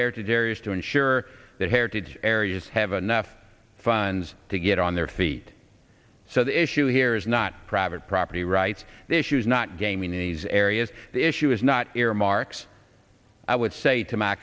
heritage areas to ensure that heritage areas have enough funds to get on their feet so the issue here is not private property rights issues not gaming these areas the issue is not earmarks i would say to m